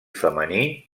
femení